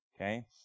okay